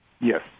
Yes